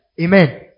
Amen